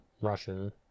Russian